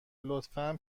لطفا